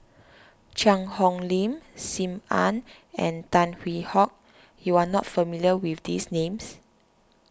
Cheang Hong Lim Sim Ann and Tan Hwee Hock you are not familiar with these names